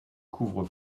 couvre